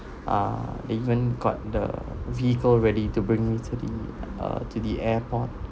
ah they even got the vehicle ready to bring to the uh to the airport